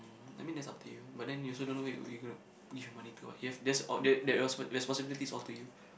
I mean that's up to you but then you also don't know where you where you gonna give your money to that's all that that respon~ responsibility is all to you